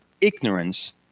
ignorance